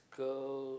girl